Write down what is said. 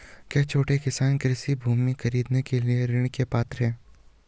क्या छोटे किसान कृषि भूमि खरीदने के लिए ऋण के पात्र हैं?